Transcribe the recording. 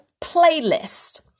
playlist